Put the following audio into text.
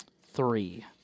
three